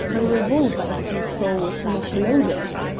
my revolver, as you saw, was not loaded.